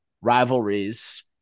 rivalries